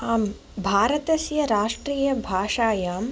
आम् भारतस्य राष्ट्रियभाषायां